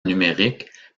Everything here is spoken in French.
numérique